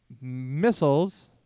missiles